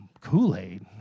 Kool-Aid